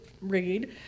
read